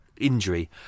injury